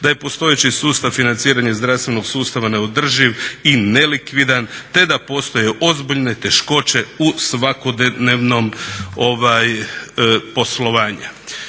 da je postojeći sustav financiranja zdravstvenog sustava neodrživ i nelikvidan, te da postoje ozbiljne teškoće u svakodnevnom poslovanju.